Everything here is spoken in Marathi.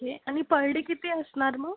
हे आणि पर डे किती असणार मग